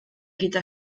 gyda